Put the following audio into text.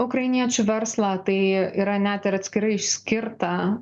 ukrainiečių verslą tai yra net ir atskirai išskirta